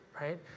right